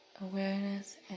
Awareness